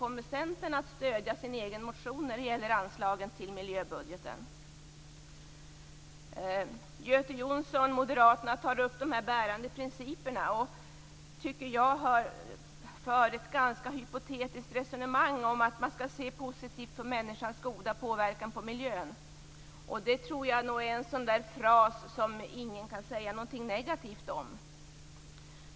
Kommer Centern att stödja sin egen motion när det gäller anslagen till miljöbudgeten? Göte Jonsson från Moderaterna tar upp de bärande principerna, och han för ett ganska hypotetiskt resonemang om att man skall se positivt på människans goda påverkan på miljön. Det är en fras som ingen kan säga någonting negativt om.